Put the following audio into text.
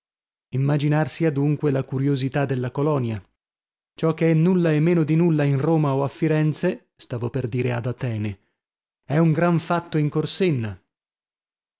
immaginarsi adunque la curiosità della colonia ciò che è nulla e meno di nulla in roma o a firenze stavo per dire ad atene è un gran fatto in corsenna